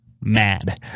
mad